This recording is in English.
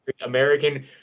American